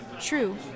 True